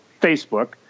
Facebook